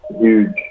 huge